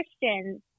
Christians